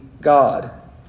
God